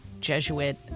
Jesuit